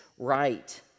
right